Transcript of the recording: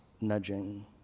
nudging